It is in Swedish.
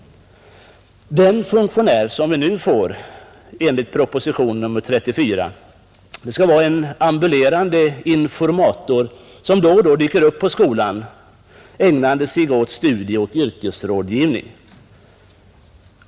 Den syo-funktionär som vi nu får enligt propositionen 34 skall däremot vara en ambulerande informator, som då och då dyker upp på skolan, ägnande sig åt studieoch yrkesrådgivning.